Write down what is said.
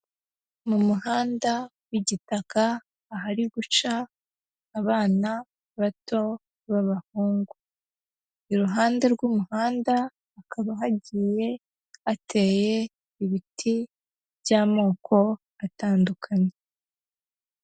Mu muhanda w'igitaka ahari guca abana bato b'abahungu. Iruhande rw'umuhanda hakaba hagiye hateye ibiti by'amoko atandukanye.